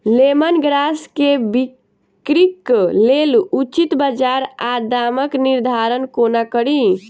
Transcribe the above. Lemon grass केँ बिक्रीक लेल उचित बजार आ दामक निर्धारण कोना कड़ी?